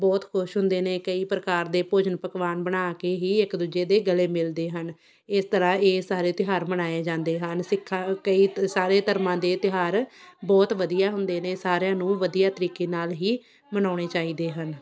ਬਹੁਤ ਖੁਸ਼ ਹੁੰਦੇ ਨੇ ਕਈ ਪ੍ਰਕਾਰ ਦੇ ਭੋਜਨ ਪਕਵਾਨ ਬਣਾ ਕੇ ਹੀ ਇੱਕ ਦੂਜੇ ਦੇ ਗਲੇ ਮਿਲਦੇ ਹਨ ਇਸ ਤਰ੍ਹਾਂ ਇਹ ਸਾਰੇ ਤਿਉਹਾਰ ਮਨਾਏ ਜਾਂਦੇ ਹਨ ਸਿੱਖਾਂ ਕਈ ਤ ਸਾਰੇ ਧਰਮਾਂ ਦੇ ਤਿਉਹਾਰ ਬਹੁਤ ਵਧੀਆ ਹੁੰਦੇ ਨੇ ਸਾਰਿਆਂ ਨੂੰ ਵਧੀਆ ਤਰੀਕੇ ਨਾਲ ਹੀ ਮਨਾਉਣੇ ਚਾਹੀਦੇ ਹਨ